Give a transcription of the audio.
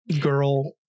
girl